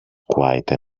quite